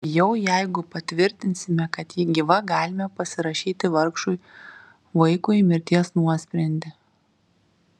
bijau jeigu patvirtinsime kad ji gyva galime pasirašyti vargšui vaikui mirties nuosprendį